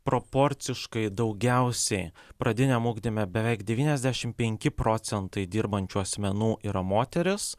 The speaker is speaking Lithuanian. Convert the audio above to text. proporciškai daugiausiai pradiniam ugdyme beveik devyniasdešimt penki procentai dirbančių asmenų yra moterys